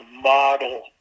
model